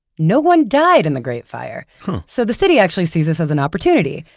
no one died in the great fire huh so the city actually sees this as an opportunity.